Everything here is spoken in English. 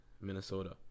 Minnesota